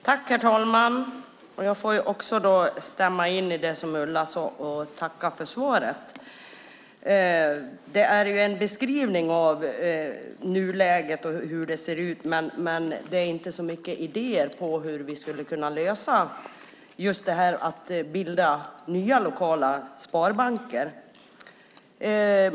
Herr talman! Jag vill instämma i det som Ulla sade och tacka för svaret. Det är en beskrivning av nuläget och hur det ser ut, men det finns inte så många idéer på hur man kan bilda nya lokala sparbanker.